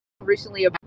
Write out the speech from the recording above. recently